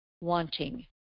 wanting